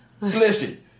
Listen